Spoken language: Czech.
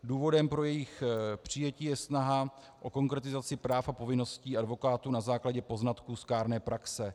Důvodem pro jejich přijetí je snaha o konkretizaci práv a povinností advokátů na základě poznatků z kárné praxe.